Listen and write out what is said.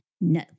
no